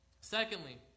Secondly